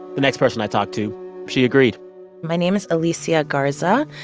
the next person i talked to she agreed my name is alicia garza.